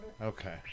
Okay